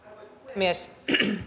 puhemies